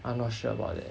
I'm not sure about that